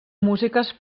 músiques